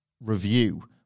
review